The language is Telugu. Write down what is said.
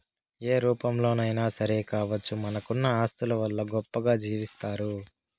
ఏ రూపంలోనైనా సరే కావచ్చు మనకున్న ఆస్తుల వల్ల గొప్పగా జీవిస్తారు